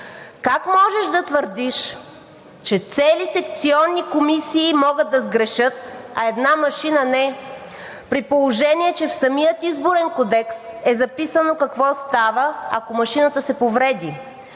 Как можеш да твърдиш, че цели секционни комисии могат да сгрешат, а една машина не, при положение че в самия Изборен кодекс е записано какво става, ако машината се повреди?